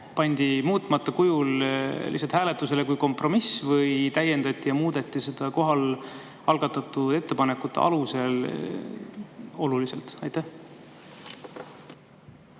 pandi muutmata kujul hääletusele kui kompromiss või täiendati ja muudeti seda kohal algatatud ettepanekute alusel oluliselt? Aitäh!